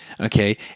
okay